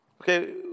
Okay